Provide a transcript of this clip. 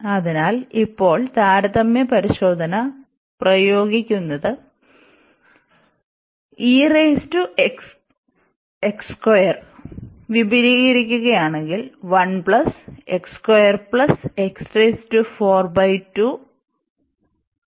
അതിനാൽ ഇപ്പോൾ താരതമ്യ പരിശോധന പ്രയോഗിക്കുന്നതിന് വിപുലീകരിക്കുകയാണെങ്കിൽ എന്ന് കിട്ടുo